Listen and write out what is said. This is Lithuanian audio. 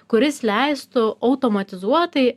kuris leistų automatizuotai